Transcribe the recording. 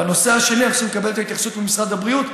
בנושא השני אנחנו צריכים לקבל את ההתייחסות ממשרד הבריאות,